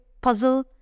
puzzle